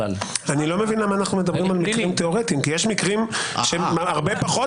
לא מבין למה אנחנו מדברים על מקרים תיאורטיים כי יש מקרים הרבה פחות